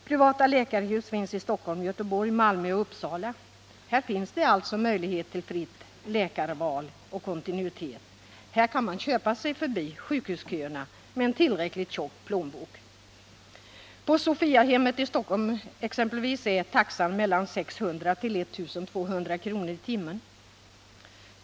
Privata läkarhus finns i Stockholm, Göteborg, Malmö och Uppsala. Där finns alltså möjligheter till ett fritt läkarval och kontinuitet. Där kan människor med en tillräckligt tjock plånbok köpa sig förbi sjukhusköerna. På Sophiahemmet i Stockholm är taxan mellan 600 och 1 200 kr. i timmen.